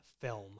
film